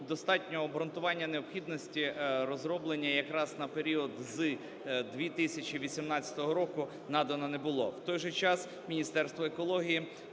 достатнього обґрунтування необхідності розроблення якраз на період з 2018 року надано не було. В той же час, Міністерство екології